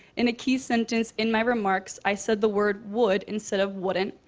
in a key sentence in my remarks, i said the word would instead of wouldn't.